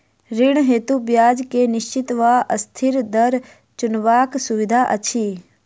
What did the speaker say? ऋण हेतु ब्याज केँ निश्चित वा अस्थिर दर चुनबाक सुविधा अछि